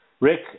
Rick